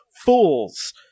fools